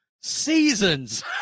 seasons